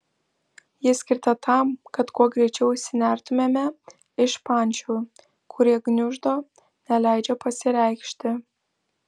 ji skirta tam kad kuo greičiau išsinertumėme iš pančių kurie gniuždo neleidžia pasireikšti